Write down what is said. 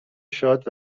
شاد